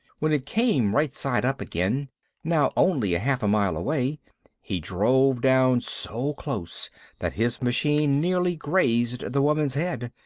when it came right side up again now only a half a mile away he drove down so close that his machine nearly grazed the woman's head.